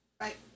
Right